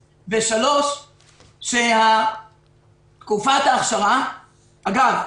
3. תקופת האכשרה אגב,